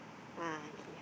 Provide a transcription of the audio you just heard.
ah okay yes